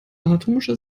anatomischer